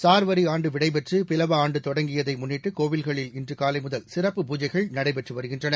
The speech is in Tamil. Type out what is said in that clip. சார்வரி ஆண்டு விடைபெற்று பிலவ ஆண்டு தொடங்கியதை முன்னிட்டு கோயில்களில் இன்று காலை முதல் சிறப்பு பூஜைகள் நடைபெற்று வருகின்றன